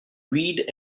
reid